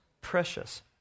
precious